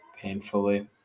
painfully